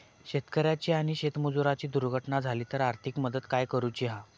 शेतकऱ्याची आणि शेतमजुराची दुर्घटना झाली तर आर्थिक मदत काय करूची हा?